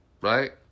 Right